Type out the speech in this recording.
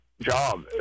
job